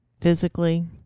Physically